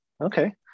okay